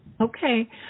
Okay